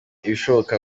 ibishoboka